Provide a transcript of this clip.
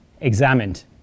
examined